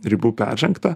ribų peržengta